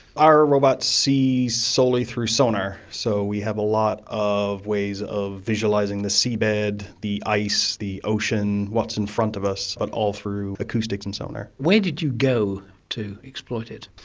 our robot sees solely through sonar, so we have a lot of ways of visualising the seabed, the ice, the ocean, what's in front of us, but all through acoustics and sonar. where did you go to exploit it?